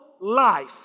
life